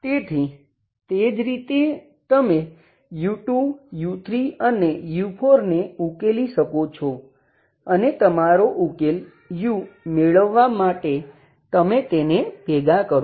તેથી તે જ રીતે તમે u2 u3 અને u4ને ઉકેલી શકો છો અને તમારો ઉકેલ u મેળવવા માટે તમે તેને ભેગા કરો છો